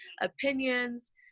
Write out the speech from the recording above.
opinions